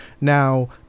Now